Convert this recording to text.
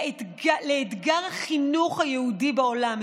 ולאתגר החינוך היהודי בעולם,